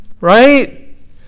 right